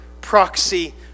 proxy